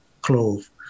clove